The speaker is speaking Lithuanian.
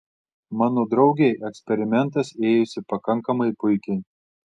mano draugei eksperimentas ėjosi pakankamai puikiai